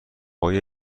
های